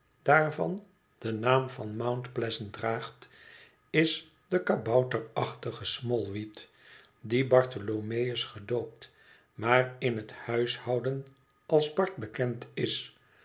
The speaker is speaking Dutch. daarvan den naam van mount pleasant draagt is de kabouterachtige smallweed die bartholomeus gedoopt maar in het huishouden als bart bekend is